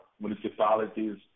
municipalities